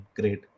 great